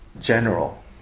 general